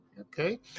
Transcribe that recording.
Okay